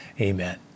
Amen